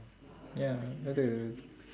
ya got to